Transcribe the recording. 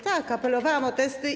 Tak, apelowałam o testy.